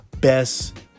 best